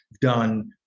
done